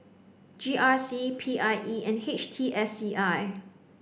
G R C P I E and H T S C I